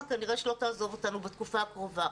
שכנראה לא תעזוב אותנו בתקופה הקרובה.